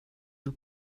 nur